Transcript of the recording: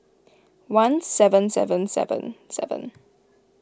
one seven seven seven seven